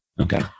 Okay